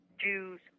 Jews